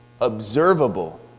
observable